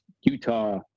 Utah